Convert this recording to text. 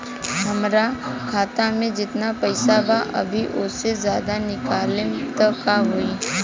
हमरा खाता मे जेतना पईसा बा अभीओसे ज्यादा निकालेम त का होई?